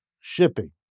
shipping